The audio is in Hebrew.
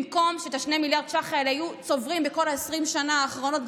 במקום שאת 2 מיליארדי השקלים האלה היו צוברים בכל 20 השנים האחרונות,